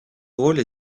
rôle